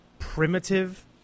Primitive